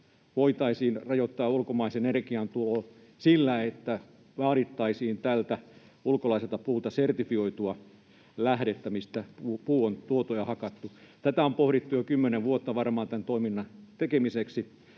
voitaisiin rajoittaa ulkomaisen energian tuloa muun muassa sillä, että vaadittaisiin tältä ulkolaiselta puulta sertifioitua lähteistämistä, mistä puu on tuotu ja hakattu. Tätä on pohdittu jo varmaan 10 vuotta tämän toiminnan tekemiseksi,